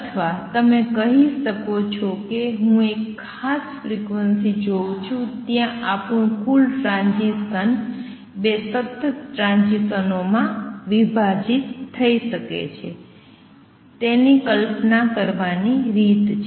અથવા તમે કહી શકો છો કે હું એક ખાસ ફ્રીક્વન્સી જોઉં છું જ્યાં આપણું કુલ ટ્રાંઝીસન બે સતત ટ્રાંઝીસનોમાં વિભાજિત થઈ શકે છે જે તેની કલ્પના કરવાની રીત છે